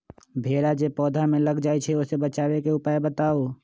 भेरा जे पौधा में लग जाइछई ओ से बचाबे के उपाय बताऊँ?